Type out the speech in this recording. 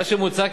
מה שמוצע,